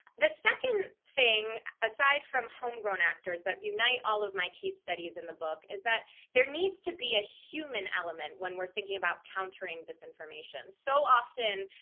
the second thing, aside from homegrown actors, that unite all of my case studies in the book, is that there needs to be a human element when we're thinking about countering disinformation. so often,